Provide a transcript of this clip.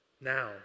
now